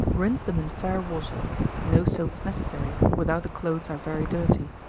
rinse them in fair water no soap is necessary, without the clothes are very dirty.